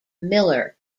miller